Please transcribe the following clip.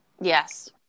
Yes